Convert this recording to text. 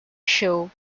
show